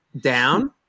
down